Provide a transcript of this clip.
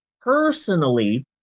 personally